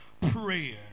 prayer